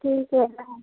ठीक है